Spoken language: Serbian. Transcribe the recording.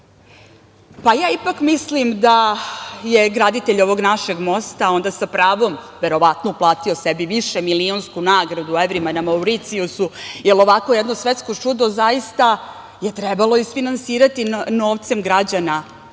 ja ipak mislim da je graditelj ovog našeg mosta onda sa pravom, verovatno, uplatio sebi višemilionsku nagradu u evrima na Mauricijusu, jer ovako jedno svetsko čudo zaista je trebalo isfinansirati novcem građana